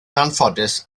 anffodus